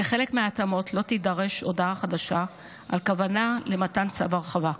כחלק מההתאמות לא תידרש הודעה חדשה על כוונה למתן צו הרחבה,